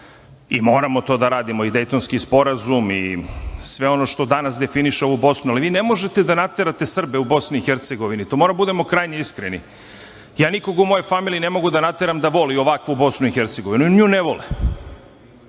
i moramo to da radimo i Dejtonski sporazum i sve ono što danas definiše ovu Bosnu, ali vi ne možete da naterate Srbe u Bosni i Hercegovini, to moramo da budemo krajnje iskreni, ja nikog u mojoj familiji ne mogu da nateram da voli ovakvu Bosnu i Hercegovinu. Oni nju ne vole